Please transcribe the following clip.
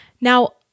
Now